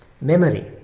memory